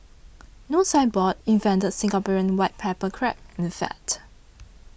No Signboard invented Singaporean white pepper crab in fact